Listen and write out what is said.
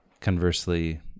Conversely